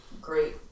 great